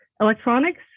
electronics